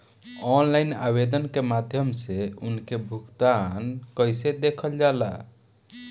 Online आवेदन के माध्यम से उनके भुगतान कैसे देखल जाला?